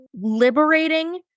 liberating